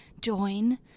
join